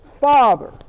Father